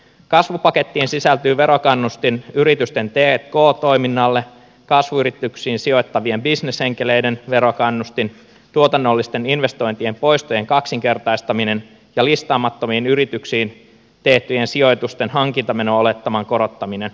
kasvupakettiin sisältyy verokannustin yritysten t k toiminnalle kasvuyrityksiin sijoittavien bisnesenkeleiden verokannustin tuotannollisten investointien poistojen kaksinkertaistaminen ja listaamattomiin yrityksiin tehtyjen sijoitusten hankintameno olettaman korottaminen